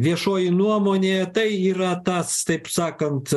viešoji nuomonė tai yra tas taip sakant